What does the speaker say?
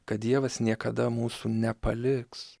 kad dievas niekada mūsų nepaliks